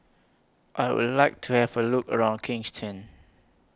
I Would like to Have A Look around Kingston